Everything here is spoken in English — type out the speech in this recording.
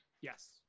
Yes